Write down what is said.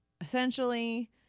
Essentially